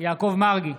יעקב מרגי,